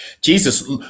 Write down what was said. Jesus